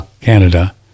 Canada